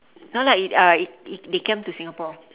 no lah it uh it it they came to singapore